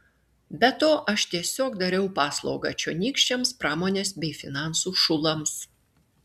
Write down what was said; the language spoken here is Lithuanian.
be to aš tiesiog dariau paslaugą čionykščiams pramonės bei finansų šulams